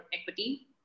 equity